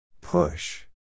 Push